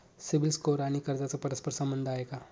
CIBIL score आणि कर्जाचा परस्पर संबंध आहे का?